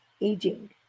aging